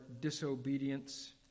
disobedience